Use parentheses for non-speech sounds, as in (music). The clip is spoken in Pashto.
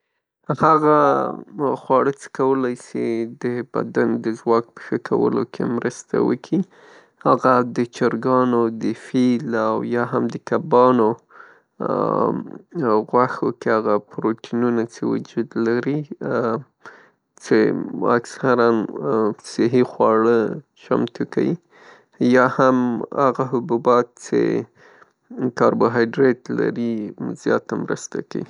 هغه خواړه څې کولای سي د بدن د ځواک په ښه کولو کې مرسته وکړي، هغه د چرګانو د فیل او یا هم د کبانوغوښو کې (hesitation) هغه پروټینونه چه وجود لري چه اکثراً صحی چمتو کیی، یا هم هغه حبوبات څې کاربوهایدریت لري زیاته مرسته کیي.